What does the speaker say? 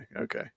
Okay